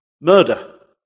murder